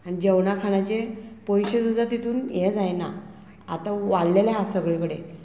आनी जेवणा खाणाचे पयशे सुद्दां तितून हे जायना आतां वाडलेले आहा सगळे कडेन